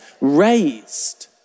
raised